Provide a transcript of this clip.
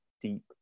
deep